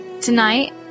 Tonight